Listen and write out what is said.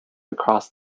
across